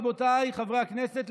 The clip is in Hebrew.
רבותיי חברי הכנסת,